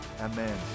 Amen